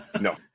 No